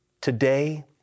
Today